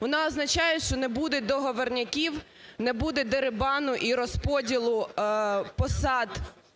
Вона означає, що не буде договорняків, не буде дерибану і розподілу посад